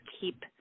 keep